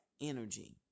energy